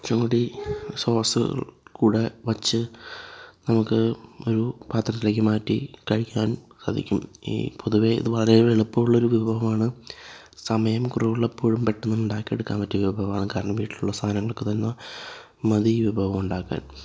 കുറച്ചുംകൂടി സോസ് കൂടി വെച്ച് നമുക്ക് ഒരു പാത്രത്തിലേക്കു മാറ്റി കഴിക്കാൻ സാധിക്കും ഈ പൊതുവേ ഇത് വളരെയെളുപ്പമുള്ള ഒരു വിഭവമാണ് സമയം കുറവുള്ളപ്പോഴും പെട്ടെന്നു ഉണ്ടാക്കിയെടുക്കാൻ പറ്റിയ വിഭവമാണ് കാരണം വീട്ടിലുള്ള സാധനങ്ങളൊക്കെതന്നെ മതി ഈ വിഭവം ഉണ്ടാക്കാൻ